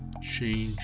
Change